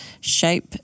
shape